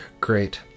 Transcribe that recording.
Great